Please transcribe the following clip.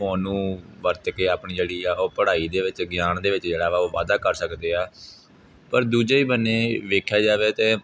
phone ਨੂੰ ਵਰਤ ਕੇ ਆਪਣੀ ਜਿਹੜੀ ਆ ਉਹ ਪੜ੍ਹਾਈ ਦੇ ਵਿੱਚ ਗਿਆਨ ਦੇ ਵਿੱਚ ਜਿਹੜਾ ਵਾ ਉਹ ਵਾਧਾ ਕਰ ਸਕਦੇ ਆ ਪਰ ਦੂਜੇ ਹੀ ਬੰਨੇ ਵੇਖਿਆ ਜਾਵੇ ਤਾਂ